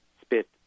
spit